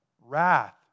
wrath